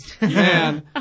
man